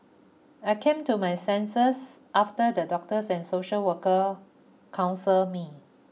I came to my senses after the doctors and social workers counselled me